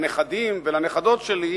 לנכדים ולנכדות שלי,